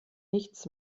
nichts